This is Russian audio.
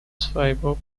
своего